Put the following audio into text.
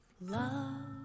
Love